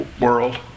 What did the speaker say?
world